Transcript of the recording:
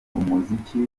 umuziki